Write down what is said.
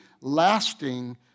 lasting